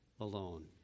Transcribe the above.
alone